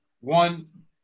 One